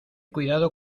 cuidado